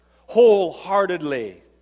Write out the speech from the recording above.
wholeheartedly